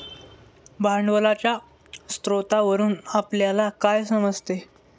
भांडवलाच्या स्रोतावरून आपल्याला काय समजते?